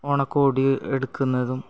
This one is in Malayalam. ഓണക്കോടി എടുക്കുന്നതും